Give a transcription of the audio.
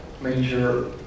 major